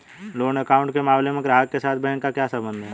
Loan account के मामले में ग्राहक के साथ बैंक का क्या संबंध है?